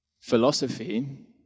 Philosophy